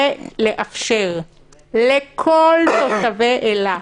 ולאפשר לכל תושבי אילת